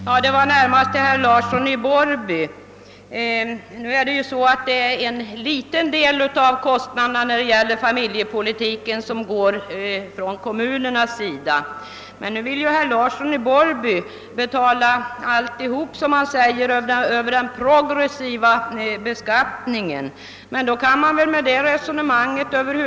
Herr talman! Det är närmast till herr Larsson i Borrby jag vill vända mig. Av de kostnader som familjepolitiken medför är det bara en liten del som täcks av kommunerna. Herr Larsson säger nu att hela kostnaden bör betalas via den progressiva beskattningen. Varför inte gå längre?